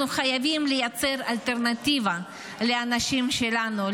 אנחנו חייבים לייצר אלטרנטיבה לאנשים שלנו,